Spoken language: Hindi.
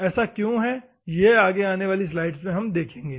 ऐसा क्यों है यहां आगे आने वाली स्लाइड्स में देखेंगे